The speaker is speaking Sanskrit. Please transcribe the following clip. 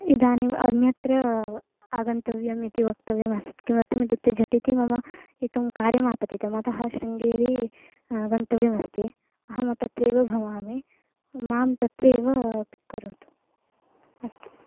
इदानीम् अन्यत्र आगन्तव्यमिति वक्तव्यमस्ति किमर्थमित्युक्ते झटिति मम एकं कार्यमापतितम् अतः शृङ्गेरी गन्तव्यमस्ति अहं तत्रैव भवामि मां तत्रैव पिक् करोतु अस्तु